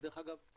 ודרך אגב,